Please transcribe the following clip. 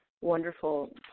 wonderful